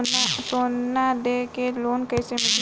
सोना दे के लोन कैसे मिली?